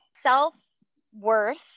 self-worth